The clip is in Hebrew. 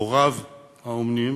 הוריו האומנים